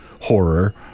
horror